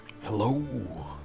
hello